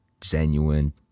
genuine